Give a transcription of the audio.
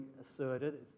asserted